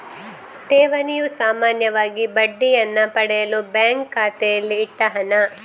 ಠೇವಣಿಯು ಸಾಮಾನ್ಯವಾಗಿ ಬಡ್ಡಿಯನ್ನ ಪಡೆಯಲು ಬ್ಯಾಂಕು ಖಾತೆಯಲ್ಲಿ ಇಟ್ಟ ಹಣ